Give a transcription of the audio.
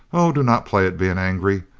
oh, do not play at being angry.